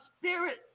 spirit